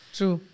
true